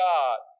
God